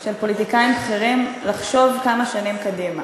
של פוליטיקאים בכירים לחשוב כמה שנים קדימה.